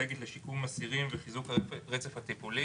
אסטרטגית לשיקום אסירים וחיזוק הרצף הטיפולי,